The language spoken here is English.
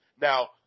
Now